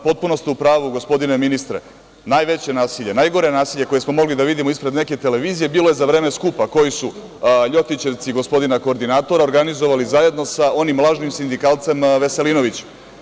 Potpuno ste u pravu gospodine ministre, najveće nasilje, najgore nasilje koje smo mogli da vidimo ispred neke televizije bilo je za vreme skupa, koji su ljotićevci gospodina koordinatora, organizovali zajedno sa onim lažnim sindikalcem Veselinovićem.